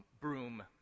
broom